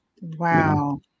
Wow